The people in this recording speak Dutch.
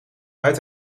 uit